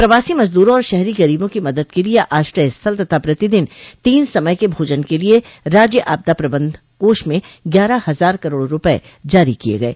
प्रवासी मजदूरों और शहरी गरीबों की मदद के लिये आश्रय स्थल तथा प्रतिदिन तीन समय के भोजन के लिये राज्य आपदा प्रबंध कोष में ग्यारह हजार करोड़ रूपये जारी किये गये